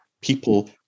people